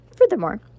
Furthermore